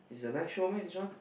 it's a nice show meh this one